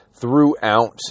throughout